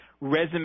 resume